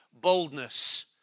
boldness